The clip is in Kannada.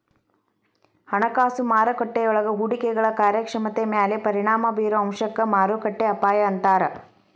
ಹಣಕಾಸು ಮಾರುಕಟ್ಟೆಯೊಳಗ ಹೂಡಿಕೆಗಳ ಕಾರ್ಯಕ್ಷಮತೆ ಮ್ಯಾಲೆ ಪರಿಣಾಮ ಬಿರೊ ಅಂಶಕ್ಕ ಮಾರುಕಟ್ಟೆ ಅಪಾಯ ಅಂತಾರ